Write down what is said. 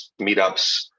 meetups